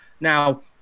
Now